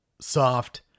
soft